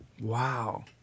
Wow